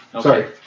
Sorry